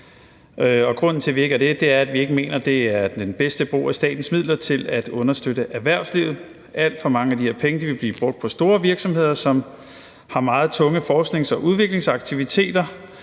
grunden til, at vi ikke er det, er, at vi ikke mener, at det er den bedste brug af statens midler til at understøtte erhvervslivet. Alt for mange af de her penge vil blive brugt på store virksomheder, som har meget tunge forsknings- og udviklingsaktiviteter,